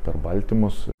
per baltymus